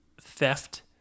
theft